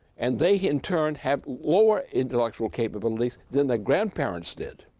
and they in turn have lower intellectual capabilities than their grandparents did.